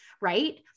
Right